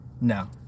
no